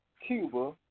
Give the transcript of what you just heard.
Cuba